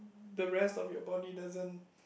the rest of your body doesn't